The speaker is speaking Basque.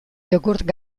jogurt